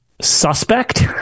suspect